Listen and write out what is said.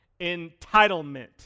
entitlement